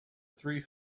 three